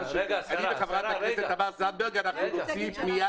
חברת הכנסת תמר זנדברג ואני נוציא פנייה